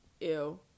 ew